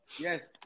Yes